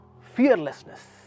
fearlessness